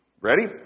Ready